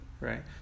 right